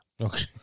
Okay